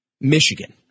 Michigan